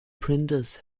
printers